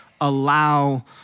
allow